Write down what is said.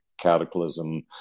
cataclysm